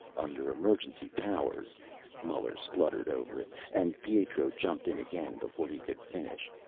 under emergency powers muller spluttered over it, and pietro jumped in again before he could finish.